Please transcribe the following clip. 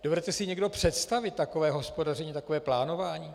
Dovedete si někdo představit takové hospodaření, takové plánování?